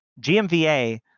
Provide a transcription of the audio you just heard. GMVA